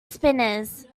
spinners